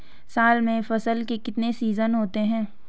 साल में फसल के कितने सीजन होते हैं?